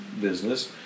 business